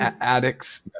addicts